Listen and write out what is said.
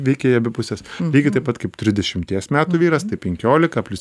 veikia į abi puses lygiai taip pat kaip trisdešimties metų vyras tai penkiolika plius